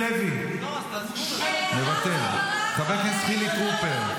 לוי, מוותר, חבר הכנסת חילי טרופר,